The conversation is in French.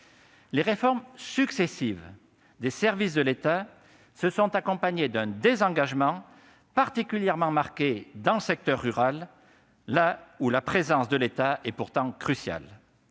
Les réformes successives des services de l'État se sont accompagnées d'un désengagement, particulièrement marqué dans le secteur rural, où la présence de l'État est pourtant cruciale,